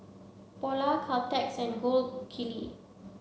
Polar Caltex and Gold Kili